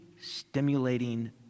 stimulating